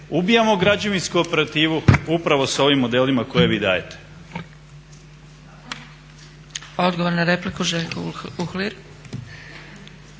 Ubijamo građevinsku operativu upravo s ovim modelima koje vi dajete.